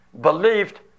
believed